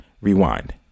rewind